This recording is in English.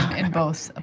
in both.